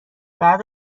بعد